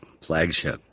Flagship